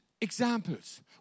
examples